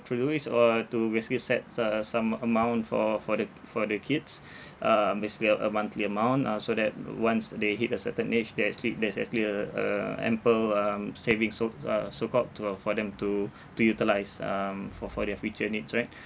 to do is uh to basically sets uh some amount for for the for the kids um basically a a monthly amount uh so that once they hit a certain age there's slip that's as clear a ample um saving so uh so called to uh for them to to utilise um for for their future needs right